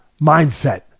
mindset